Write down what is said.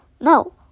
no